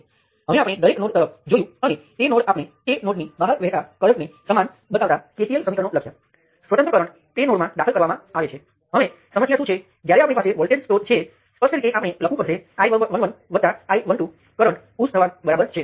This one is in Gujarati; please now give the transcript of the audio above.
તેથી તમે જાણો છો તેમ કોઈપણ બંધ સપાટી પછી ભલે તે એક નોડ અથવા ઘણા નોડ ધરાવે તેમાંથી વહેતા તમામ કરંટનો કુલ સરવાળો શૂન્ય હશે